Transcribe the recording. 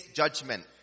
judgment